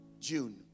June